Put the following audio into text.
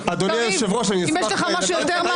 קלנר לדבר.